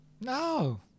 No